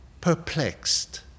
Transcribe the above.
Perplexed